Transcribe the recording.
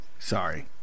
Sorry